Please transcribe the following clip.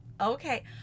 Okay